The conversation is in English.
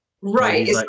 Right